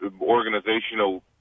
organizational